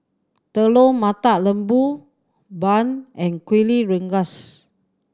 Telur Mata Lembu bun and Kuih Rengas